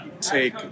take